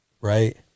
Right